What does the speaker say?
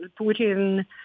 Putin